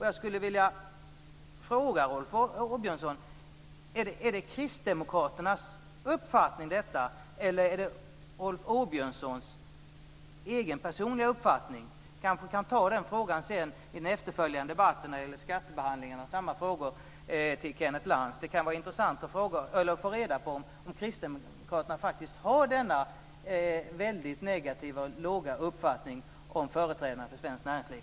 Jag skulle vilja fråga Rolf Åbjörnsson om det är kristdemokraternas uppfattning eller om det är Rolf Åbjörnssons personliga uppfattning. Vi kanske kan ta frågan sedan i den efterföljande debatten om skattebehandling. Jag har samma frågor till Kenneth Lantz. Det kan vara intressant att få reda på om kristdemokraterna faktiskt har denna väldigt negativa och låga uppfattning om företrädarna för svenskt näringsliv.